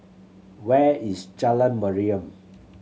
where is Jalan Mariam